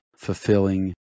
fulfilling